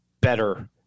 better